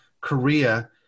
Korea